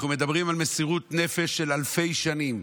אנחנו מדברים על מסירות נפש של אלפי שנים